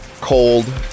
cold